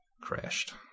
crashed